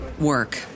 work